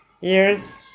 years